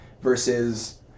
versus